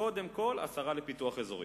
קודם כול, השרה לפיתוח אזורי.